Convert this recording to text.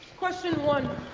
question one,